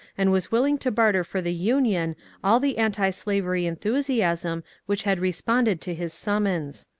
and was willing to barter for the union all the antislavery enthusiasm which had responded to his summons.